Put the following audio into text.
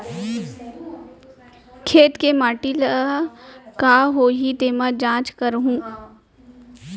खेत के माटी ल का होही तेमा जाँच करवाहूँ?